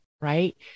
right